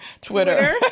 Twitter